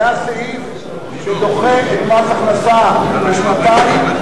זה הסעיף שדוחה את מס הכנסה בשנתיים,